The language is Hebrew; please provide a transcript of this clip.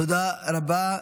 תודה רבה.